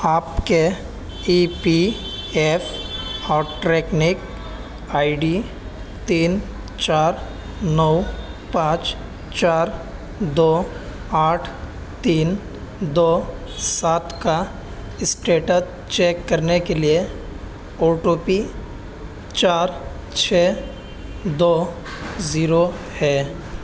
آپ کے E P F O tracking I D تین چار نو پانچ چار دو آٹھ تین دو سات کا اسٹیٹس چیک کرنے کے لیے او ٹو پی چار چھ دو زیرو ہے